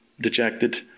dejected